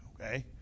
Okay